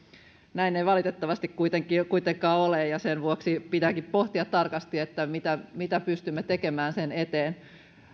näin ei valitettavasti kuitenkaan ole ja sen vuoksi pitääkin pohtia tarkasti mitä mitä pystymme tekemään sen eteen